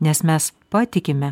nes mes patikime